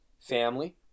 family